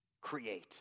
Create